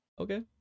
okay